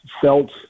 felt